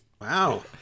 Wow